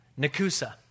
Nakusa